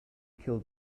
killed